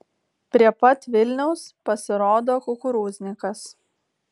prie pat vilniaus pasirodo kukurūznikas